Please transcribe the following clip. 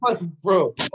bro